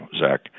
Zach